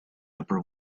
upper